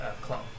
clone